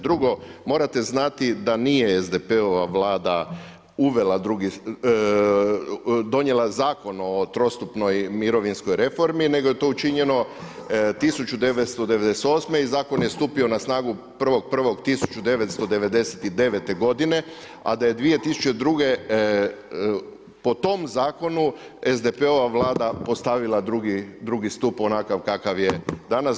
Drugo, morate znati da nije SDP-ova Vlada uvela drugi, donijela Zakon o trostupnoj mirovinskoj reformi nego je to učinjeno 1998. i zakon je stupio na snagu 1.1.1999. godine a da je 2002. po tom zakonu SDP-ova Vlada postavila drugi stup onakav kakav je danas.